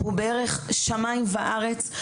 הוא בערך שמים וארץ.